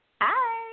Hi